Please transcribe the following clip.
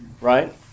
right